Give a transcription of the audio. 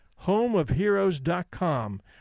homeofheroes.com